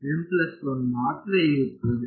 M 1 ಮಾತ್ರ ಇರುತ್ತದೆ